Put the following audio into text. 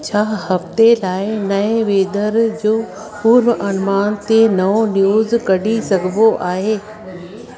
छा हफ़्ते लाइ नए वेदर जो पूर्व अनुमान ते नओ न्यूज़ कढी सघिबो आहे